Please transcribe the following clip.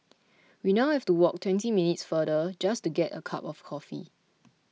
we now have to walk twenty minutes farther just to get a cup of coffee